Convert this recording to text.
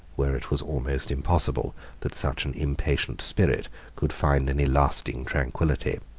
where it was almost impossible that such an impatient spirit could find any lasting tranquility.